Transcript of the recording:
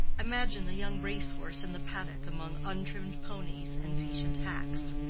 imagine a young race-horse in the paddock among untrimmed ponies and patient hacks.